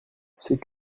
c’est